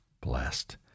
blessed